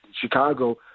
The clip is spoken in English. Chicago